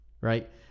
Right